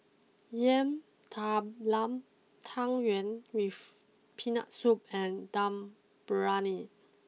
Yam Talam Tang Yuen with Peanut Soup and Dum Briyani